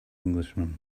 englishman